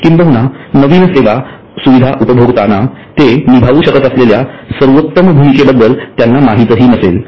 किंबहुना नवीन सेवा सुविधा उपभोगताना ते निभावू शकत असलेल्या सर्वोत्तम भूमिकेबद्दल त्यांना माहीतही नसेल